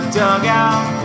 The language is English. dugout